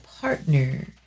partner